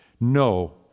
No